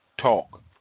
talk